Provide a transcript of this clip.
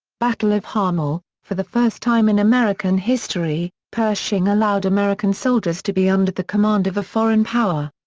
battle of hamel for the first time in american history, pershing allowed american soldiers to be under the command of a foreign power.